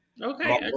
Okay